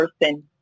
person